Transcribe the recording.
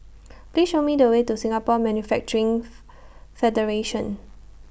Please Show Me The Way to Singapore Manufacturing's Federation